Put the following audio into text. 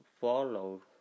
follow